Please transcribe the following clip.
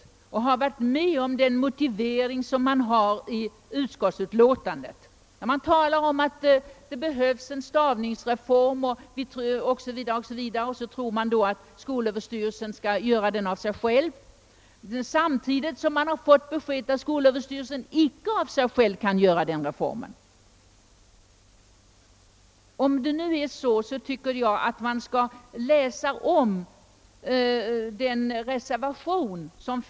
I sin motivering anför utskottet att det behövs en stavningsreform 0. s. v., men man tror att skolöverstyrelsen skall genomföra den av sig själv trots att man samtidigt fått beskedet att skolöverstyrelsen icke kan genomföra den reformen av sig själv. Detta är inte konsekvent. Jag tycker därför att ledamöterna än en gång bör läsa reservationen.